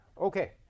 Okay